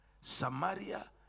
Samaria